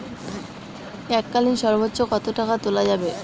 এককালীন সর্বোচ্চ কত টাকা তোলা যাবে?